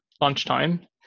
lunchtime